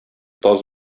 таз